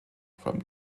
from